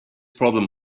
problem